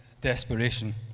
desperation